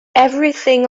everything